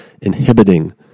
inhibiting